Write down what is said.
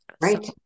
Right